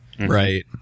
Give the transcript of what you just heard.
Right